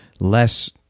less